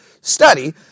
study